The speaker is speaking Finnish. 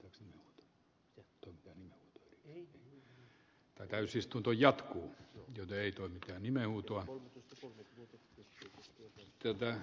keksin sen tunteen ei tee täysistunto jatkuu nyt ei toimi niin eu tuo työtä